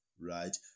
right